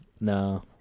No